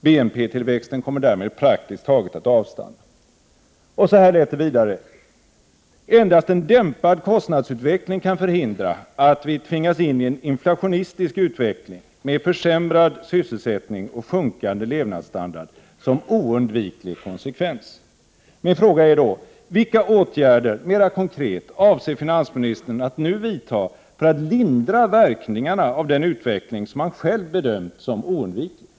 ——— BNP-tillväxten kommer därmed att praktiskt taget avstanna.” Och vidare: ”Endast en dämpad kostnadsutveckling kan ——— förhindra att vi tvingas in i en inflationistisk utveckling, med försämrad sysselsättning och sjunkande levnadsstandard som oundviklig konsekvens.” Min fråga är då: Vilka åtgärder, mera konkret, avser finansministern att nu vidta för att lindra verkningarna av den utveckling som han själv bedömt som oundviklig?